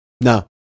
No